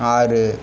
ஆறு